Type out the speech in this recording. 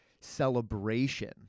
celebration